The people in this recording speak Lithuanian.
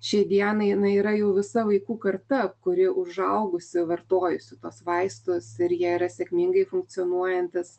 šiai dienai jinai yra jau visa vaikų karta kuri užaugusi vartojusi tuos vaistus ir jie yra sėkmingai funkcionuojantys